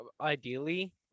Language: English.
ideally